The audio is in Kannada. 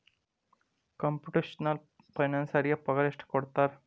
ಕಂಪುಟೆಷ್ನಲ್ ಫೈನಾನ್ಸರಿಗೆ ಪಗಾರ ಎಷ್ಟ್ ಕೊಡ್ತಾರ?